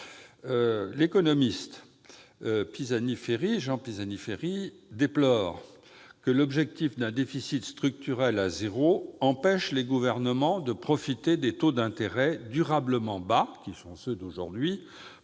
L'économiste Jean Pisani-Ferry déplore que l'objectif d'un déficit structurel à zéro empêche les gouvernements de profiter des taux d'intérêt durablement bas, qui sont ceux d'aujourd'hui,